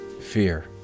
Fear